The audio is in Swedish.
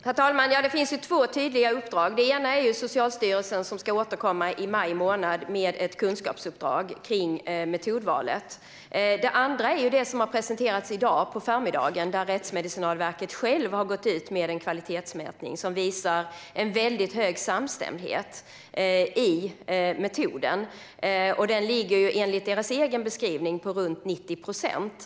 Herr talman! Det finns två tydliga uppdrag. Det ena är ett kunskapsuppdrag till Socialstyrelsen vad gäller metodvalet, och man ska återkomma i maj månad. Det andra är det som presenterades på förmiddagen i dag. Rättsmedicinalverket har självt gått ut med en kvalitetsmätning, som visar en väldigt hög samstämmighet i metoden. Den ligger enligt verkets egen beskrivning på runt 90 procent.